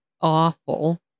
awful